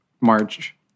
March